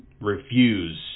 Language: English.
refuse